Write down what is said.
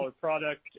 product